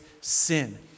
sin